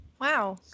Wow